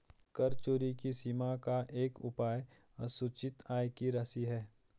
कर चोरी की सीमा का एक उपाय असूचित आय की राशि है